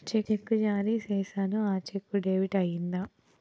చెక్కు జారీ సేసాను, ఆ చెక్కు డెబిట్ అయిందా